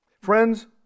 Friends